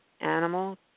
animal